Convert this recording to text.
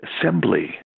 assembly